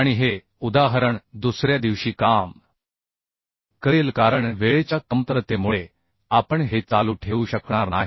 आणि हे उदाहरण दुसऱ्या दिवशी काम करेल कारण वेळेच्या कमतरतेमुळे आपण हे चालू ठेवू शकणार नाही